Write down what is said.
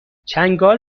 چنگال